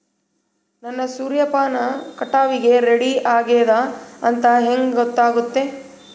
ನನ್ನ ಸೂರ್ಯಪಾನ ಕಟಾವಿಗೆ ರೆಡಿ ಆಗೇದ ಅಂತ ಹೆಂಗ ಗೊತ್ತಾಗುತ್ತೆ?